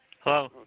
Hello